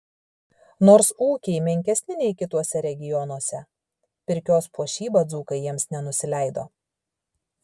nors ūkiai menkesni nei kituose regionuose pirkios puošyba dzūkai jiems nenusileido